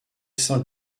cent